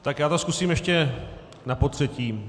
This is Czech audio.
Tak já to zkusím ještě napotřetí.